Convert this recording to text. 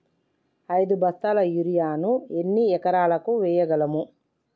ఐదు బస్తాల యూరియా ను ఎన్ని ఎకరాలకు వేయగలము?